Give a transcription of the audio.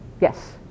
Yes